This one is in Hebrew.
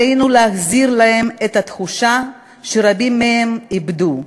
עלינו להחזיר להם את התחושה שרבים מהם איבדו,